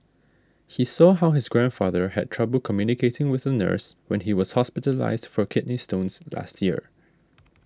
he saw how his grandfather had trouble communicating with a nurse when he was hospitalised for kidney stones last year